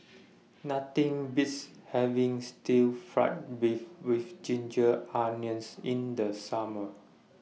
Nothing Beats having Stir Fry Beef with Ginger Onions in The Summer